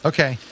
Okay